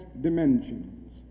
dimensions